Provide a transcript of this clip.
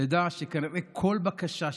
תדע שכנראה כל בקשה שתבקש,